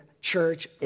Church